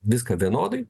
viską vienodai